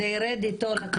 ממש לא, זה זמני.